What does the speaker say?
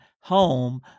home